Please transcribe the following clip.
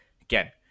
Again